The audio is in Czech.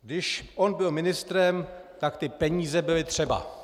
Když on byl ministrem, tak ty peníze byly třeba!